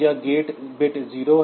तो यह gate bit 0 है